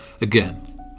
Again